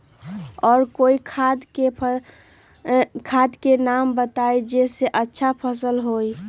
और कोइ खाद के नाम बताई जेसे अच्छा फसल होई?